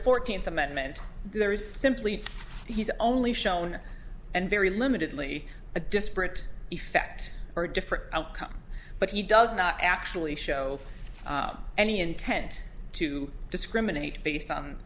fourteenth amendment there is simply he's only shown and very limited lately a disparate effect or a different outcome but he does not actually show any intent to discriminate based